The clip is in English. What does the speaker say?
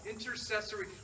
intercessory